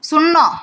শূন্য